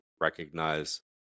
recognize